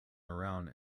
around